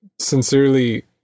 sincerely